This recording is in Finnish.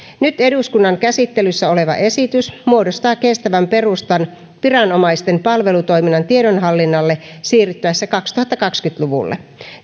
nyt eduskunnan käsittelyssä oleva esitys muodostaa kestävän perustan viranomaisten palvelutoiminnan tiedonhallinnalle siirryttäessä kaksituhattakaksikymmentä luvulle